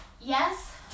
yes